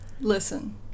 listen